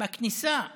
בכניסה ללימודים,